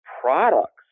products